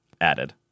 Added